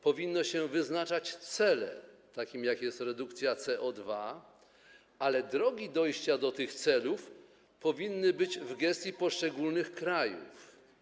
Powinno się wyznaczać cele takie, jakim jest redukcja CO2, ale drogi dojścia do tych celów powinny być w gestii poszczególnych krajów.